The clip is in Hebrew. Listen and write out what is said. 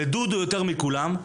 ודודו מלכא יותר מכולם,